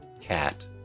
cat